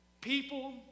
People